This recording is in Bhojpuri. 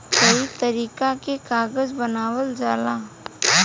कई तरीका के कागज बनावल जाला